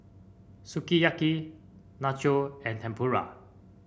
Sukiyaki Nacho and Tempura